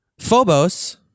Phobos